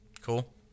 Cool